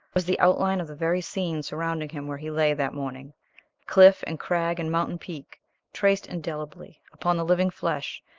was the outline of the very scene surrounding him where he lay that morning cliff and crag and mountain peak traced indelibly upon the living flesh,